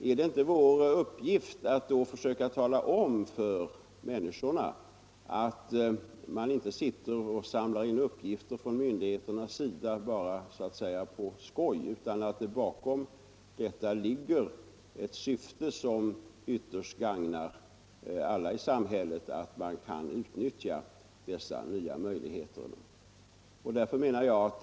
Är det inte vår uppgift att då försöka tala om för människorna att myndigheterna inte samlar in uppgifter bara så att säga på skoj, utan att det bakom detta, att man skall kunna utnyttja dessa nya möjligheter, ligger ett syfte som ytterst gagnar alla i samhället?